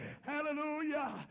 Hallelujah